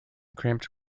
cramped